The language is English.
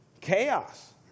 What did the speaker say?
Chaos